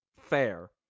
Fair